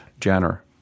Jenner